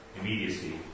immediacy